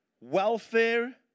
welfare